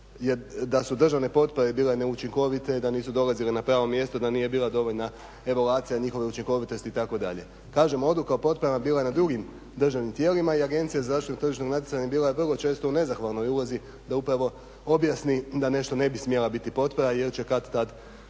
da su državne potpore bile neučinkovite, da nisu dolazile na pravo mjesto, da nije bila dovoljna evaluacija njihove učinkovitosti, itd. Kažem, odluka o potporama bila je na drugim državnim tijelima i Agencija za zaštitu tržišnog natjecanja bila je vrlo često u nezahvalnoj ulozi da upravo objasni da nešto ne bi smjela biti potpora jer će kad-tad